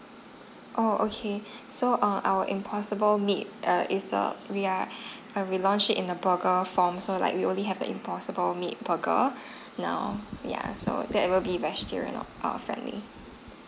oo okay so err our impossible meat err is the we are we launched it in a burger form so like we only have the impossible meat burger now yeah so that will best in our family